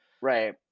Right